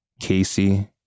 Casey